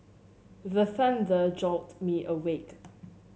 the thunder jolt me awake